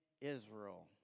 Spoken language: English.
Israel